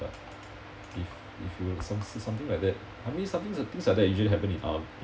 if if you some s~ something like that I mean sometimes the things like that usually happen in army